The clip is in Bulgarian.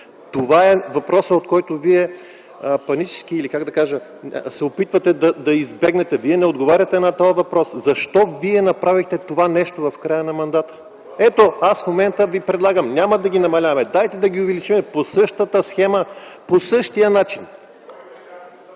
Това е въпросът, от който вие панически, или как да кажа, се опитвате да избегнете. Вие не отговаряте на този въпрос – защо направихте това нещо в края на мандата? Ето, аз в момента ви предлагам – няма да ги намаляваме, дайте да ги увеличим по същата схема, по същия начин.